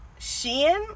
Sheen